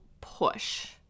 push